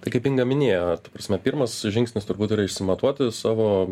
tai kaip inga minėjo ta prasme pirmas žingsnis turbūt yra išsimatuoti savo